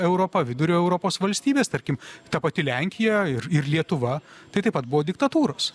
europa vidurio europos valstybės tarkim ta pati lenkija ir ir lietuva tai taip pat buvo diktatūros